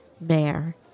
Mayor